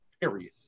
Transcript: Period